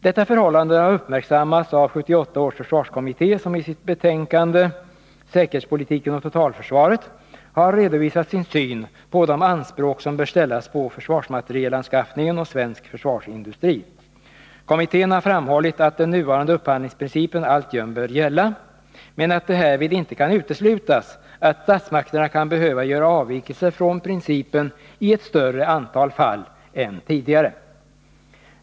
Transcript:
Detta förhållande har uppmärksammats av 1978 års försvarskommitté, som i sitt betänkande Säkerhetspolitiken och totalförsvaret har redovisat sin syn på de anspråk som bör ställas på försvarsmaterielanskaffningen och svensk försvarsindustri. Kommittén har framhållit att den nuvarande upphandlingsprincipen alltjämt bör gälla, men att det härvid inte kan uteslutas, att statsmakterna kan behöva göra avvikelser från principen i ett större antal fall än tidigare.